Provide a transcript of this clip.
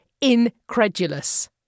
incredulous